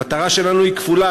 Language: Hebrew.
המטרה שלנו היא כפולה,